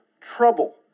trouble